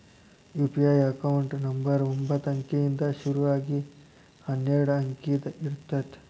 UPI account number ಒಂಬತ್ತ ಅಂಕಿಯಿಂದ್ ಶುರು ಆಗಿ ಹನ್ನೆರಡ ಅಂಕಿದ್ ಇರತ್ತ